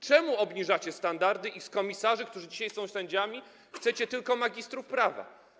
Czemu obniżacie standardy i na komisarzy, którymi dzisiaj są sędziowie, chcecie wybierać tylko magistrów prawa?